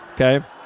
okay